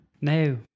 No